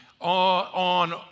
on